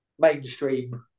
mainstream